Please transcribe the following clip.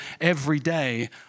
everyday